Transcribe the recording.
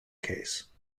case